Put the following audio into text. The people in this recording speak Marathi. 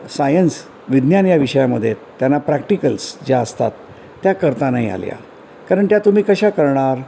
सायन्स विज्ञान या विषयामधे त्यांना प्रॅक्टिकल्स ज्या असतात त्या करता नाही आल्या कारण त्या तुम्ही कशा करणार